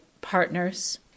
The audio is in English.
Partners